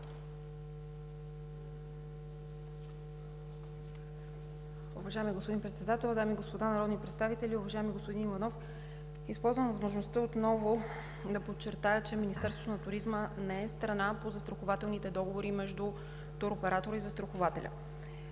Уважаеми господин Председател, дами и господа народни представители! Уважаеми господин Иванов, използвам възможността отново да подчертая, че Министерството на туризма не е страна по застрахователните договори между туроператора и застрахователя.